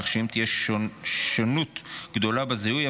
כך שאם תהיה שונות גדולה בזיהוי,